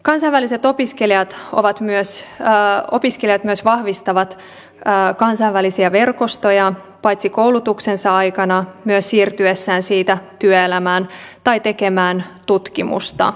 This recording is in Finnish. kansainväliset opiskelijat myös vahvistavat kansainvälisiä verkostoja paitsi koulutuksensa aikana myös siirtyessään siitä työelämään tai tekemään tutkimusta